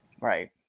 right